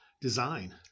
design